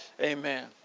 Amen